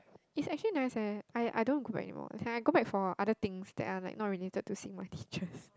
it's actually nice eh I I don't go back anymore and I go for other things that are not related to seeing my teachers